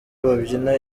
babyina